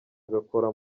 agakora